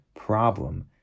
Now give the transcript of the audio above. problem